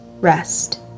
Rest